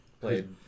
played